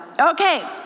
Okay